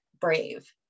brave